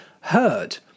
heard